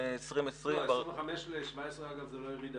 מ-25 ל-17 זה לא ירידה,